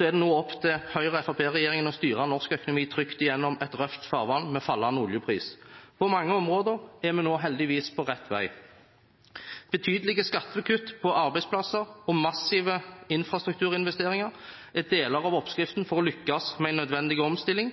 er det nå opp til Høyre–Fremskrittsparti-regjeringen å styre norsk økonomi trygt gjennom et røft farvann med fallende oljepris. På mange områder er vi nå heldigvis på rett vei. Betydelige skattekutt på arbeidsplasser og massive infrastrukturinvesteringer er deler av oppskriften for å lykkes med en nødvendig omstilling.